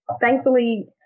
thankfully